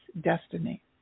destiny